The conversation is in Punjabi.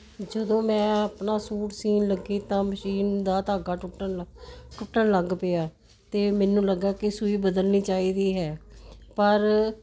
ਜਦੋਂ ਮੈਂ ਆਪਣਾ ਸੂਟ ਸੀਨ ਲੱਗੀ ਤਾਂ ਮਸ਼ੀਨ ਦਾ ਧਾਗਾ ਟੁੱਟਣ ਨਾਲ ਟੁੱਟਣ ਲੱਗ ਪਿਆ ਤੇ ਮੈਨੂੰ ਲੱਗਾ ਕਿ ਸੂਈ ਬਦਲਣੀ ਚਾਹੀਦੀ ਹੈ ਪਰ